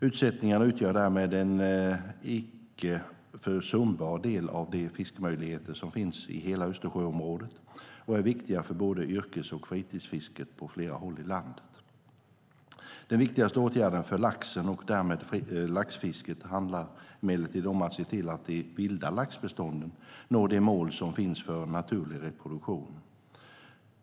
Utsättningarna utgör därmed en icke försumbar del av de fiskemöjligheter som finns i hela Östersjöområdet och är viktiga för både yrkes och fritidsfisket på flera håll i landet. Den viktigaste åtgärden för laxen och därmed för laxfisket handlar emellertid om att se till att de vilda laxbestånden når de mål som finns för naturlig reproduktion.